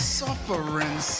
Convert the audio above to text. suffering